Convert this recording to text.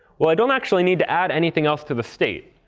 well i don't actually need to add anything else to the state.